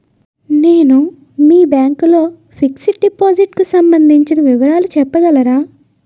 నేను మీ బ్యాంక్ లో ఫిక్సడ్ డెపోసిట్ కు సంబందించిన వివరాలు చెప్పగలరా?